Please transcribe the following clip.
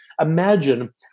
Imagine